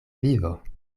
vivo